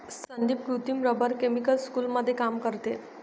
संदीप कृत्रिम rubber chemical स्कूलमध्ये काम करते